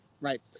Right